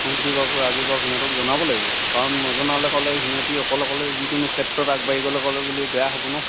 সোনটি বাপ ৰাজু বাপ সিহঁতক জনাব লাগিব কাৰণ নজনালে ক'লে সিহঁতে অকলে অকলে যিকোনো ক্ষেত্ৰত আগবাঢ়িবলে ক'লে বুলি বেয়া হ'ব নহ্